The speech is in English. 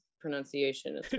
pronunciation